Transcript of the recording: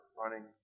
running